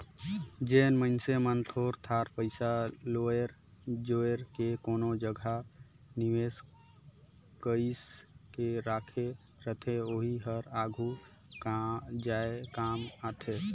जेन मइनसे मन थोर थार पइसा लोएर जोएर के कोनो जगहा निवेस कइर के राखे रहथे ओही हर आघु जाए काम आथे